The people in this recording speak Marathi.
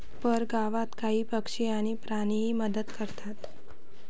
परगावात काही पक्षी आणि प्राणीही मदत करतात